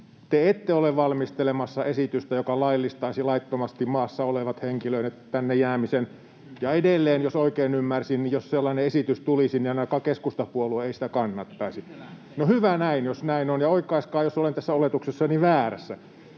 te ette ole valmistelemassa esitystä, joka laillistaisi laittomasti maassa olevien henkilöiden tänne jäämisen. Ja edelleen jos oikein ymmärsin, niin jos sellainen esitys tulisi, ainakaan keskustapuolue ei sitä kannattaisi. No, hyvä näin, jos näin on, ja oikaiskaa, jos olen tässä oletuksessani väärässä.